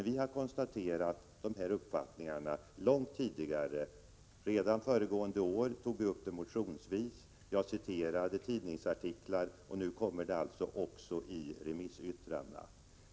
Vi har konstaterat att dessa uppfattningar föreligger långt tidigare. Redan föregående år tog vi upp saken motionsledes. Jag citerade tidningsartiklar, och nu kommer det alltså också i remissyttrandena.